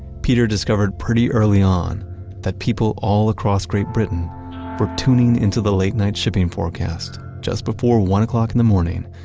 peter discovered pretty early on that people all across great britain were tuning into the late night shipping forecast, just before one o'clock in the morning,